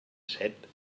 set